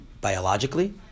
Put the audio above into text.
biologically